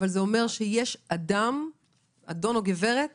אבל האם זה אומר שיש אדון או גברת